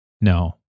No